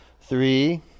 Three